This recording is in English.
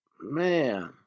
Man